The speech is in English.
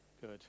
Good